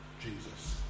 Jesus